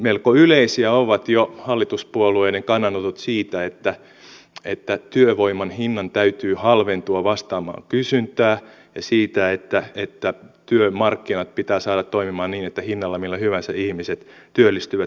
melko yleisiä ovat jo hallituspuolueiden kannanotot siitä että työvoiman hinnan täytyy halventua vastaamaan kysyntää ja siitä että työmarkkinat pitää saada toimimaan niin että hinnalla millä hyvänsä ihmiset työllistyvät